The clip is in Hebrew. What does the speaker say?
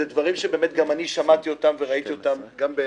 אלה דברים שגם אני שמעתי באוזניי וראיתי בעיניי.